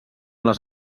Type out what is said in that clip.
les